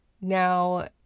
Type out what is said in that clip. Now